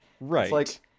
Right